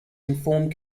informed